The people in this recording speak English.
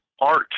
art